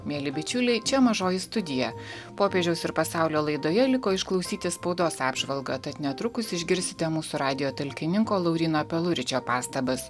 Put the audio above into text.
mieli bičiuliai čia mažoji studija popiežiaus ir pasaulio laidoje liko išklausyti spaudos apžvalgą tad netrukus išgirsite mūsų radijo talkininko lauryno peluričio pastabas